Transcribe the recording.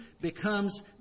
becomes